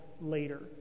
later